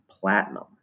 platinum